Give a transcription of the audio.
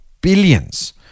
billions